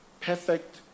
perfect